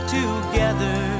together